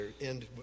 end